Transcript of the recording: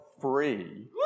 free